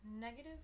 negative